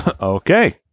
Okay